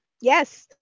Yes